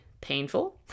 painful